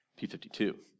P52